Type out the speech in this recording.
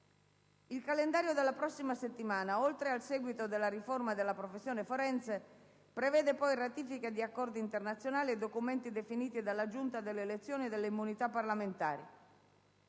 Il calendario della prossima settimana, oltre al seguito della riforma della professione forense, prevede poi ratifiche di accordi internazionali e documenti definiti dalla Giunta delle elezioni e delle immunità parlamentari.